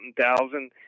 thousand